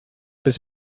bis